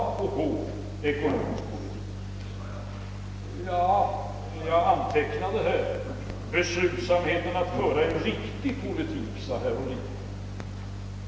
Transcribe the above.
Det är det emellertid inte.